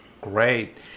Great